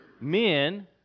men